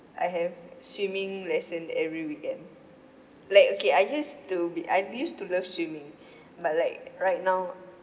I have swimming lesson every weekend like okay I used to be I used to love swimming but like right now